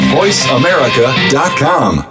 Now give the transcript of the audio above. voiceamerica.com